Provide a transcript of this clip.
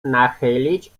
nachylić